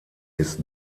ist